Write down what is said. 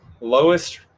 lowest